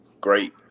great